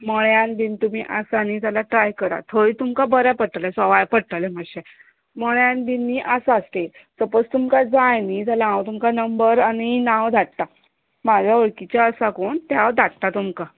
मळ्यान बीन तूमी आसा जाल्यार ट्राय करा तूमकां बरे पडटले सवाय बीन पडटले मात्शे मळ्यान बीन न्ही आसा स्पेस तूमकां जाय न्ही जाल्यार हांव तुमकां नंबर आनी नांव धाडटा म्हाज्या वळखीचे आसा कोण ते हां धाडटा तुमकां